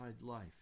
life